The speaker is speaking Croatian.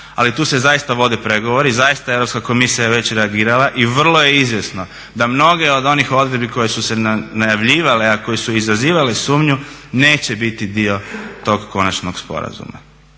ali tu se zaista vode pregovori i zaista Europska komisija je već reagirala i vrlo je izvjesno da mnoge od onih odredbi koje su se najavljivale, a koje su izazivale sumnju neće biti dio tog konačnog sporazuma.